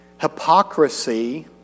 Hypocrisy